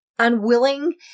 unwilling